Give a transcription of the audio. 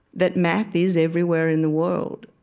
that math is everywhere in the world.